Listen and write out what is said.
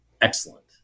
excellent